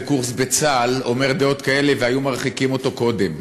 קורס בצה"ל דעות כאלה והיו מרחיקים אותו קודם,